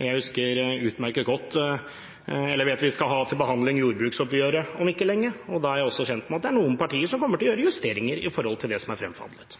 Jeg vet vi skal ha jordbruksoppgjøret til behandling om ikke lenge, og da er jeg kjent med at det er noen partier som kommer til å gjøre justeringer i forhold til det som er fremforhandlet.